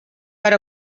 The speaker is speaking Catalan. per